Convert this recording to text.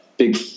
big